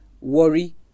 Worry